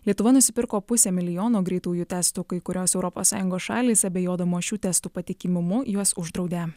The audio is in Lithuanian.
lietuva nusipirko pusę milijono greitųjų testų kai kurios europos sąjungos šalys abejodamos šių testų patikimumu juos uždraudė